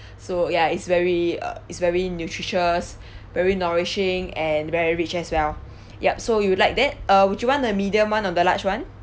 so ya is very uh is very nutritious very nourishing and very rich as well yup so you'd like that uh would you want the medium [one] or the large [one]